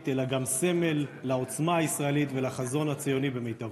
אלא גם סמל לעוצמה הישראלית ולחזון הציוני במיטבו.